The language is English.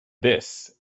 this